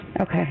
Okay